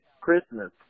Christmas